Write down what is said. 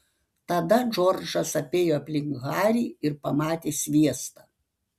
tada džordžas apėjo aplink harį ir pamatė sviestą